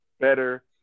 Better